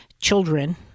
children